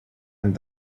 and